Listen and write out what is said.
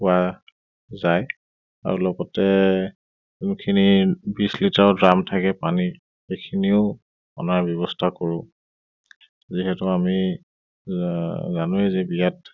পোৱা যায় আৰু লগতে যোনখিনি বিছ লিটাৰৰ ড্ৰাম থাকে পানী সেইখিনিও অনাৰ ব্যৱস্থা কৰোঁ যিহেতু আমি জানোৱেই যে বিয়াত